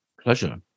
Pleasure